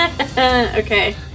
Okay